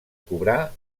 cobrar